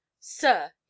Sir